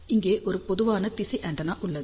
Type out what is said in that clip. இங்கே ஒரு பொதுவான திசை ஆண்டெனா உள்ளது